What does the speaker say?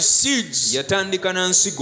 seeds